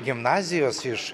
gimnazijos iš